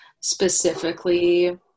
specifically